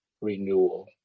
renewal